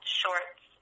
shorts